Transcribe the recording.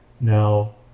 Now